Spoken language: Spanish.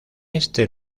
este